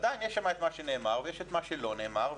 עדיין יש שם מה שנאמר ומה שלא נאמר.